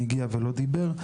הגיע ולא דיבר,